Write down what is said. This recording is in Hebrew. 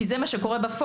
כי זה מה שקורה בפועל,